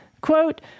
Quote